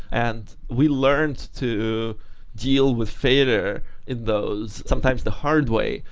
and we learned to deal with failure in those sometimes the hard way.